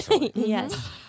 Yes